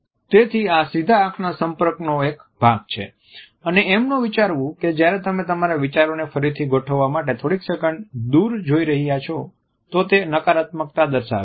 તેથી આ સીધા આંખના સંપર્કનો એક ભાગ છે અને એમ ન વિચારવું કે જ્યારે તમે તમારા વિચારોને ફરીથી ગોઠવવા માટે થોડીક સેકંડ દૂર જોઈ રહ્યા છો તો તે નકારાત્મકતા દર્શાવે છે